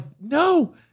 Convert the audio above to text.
no